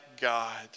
God